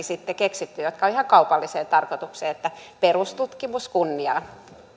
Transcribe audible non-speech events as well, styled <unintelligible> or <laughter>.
<unintelligible> sitten keksitty mittalaitteitakin jotka ovat ihan kaupalliseen tarkoitukseen että perustutkimus kunniaan